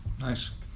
Nice